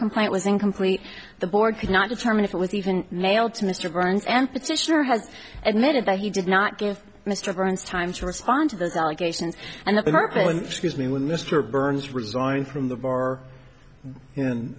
complaint was incomplete the board could not determine if it was even mailed to mr burns and petitioner has admitted that he did not give mr burns time to respond to those allegations and apartment excuse me with mr burns resigned from the bar and